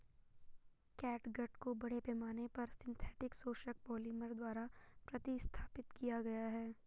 catgut को बड़े पैमाने पर सिंथेटिक शोषक पॉलिमर द्वारा प्रतिस्थापित किया गया है